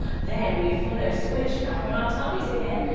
then we follow squish back on our tummies again,